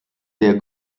der